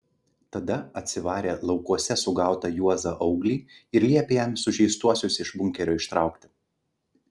tada atsivarė laukuose sugautą juozą auglį ir liepė jam sužeistuosius iš bunkerio ištraukti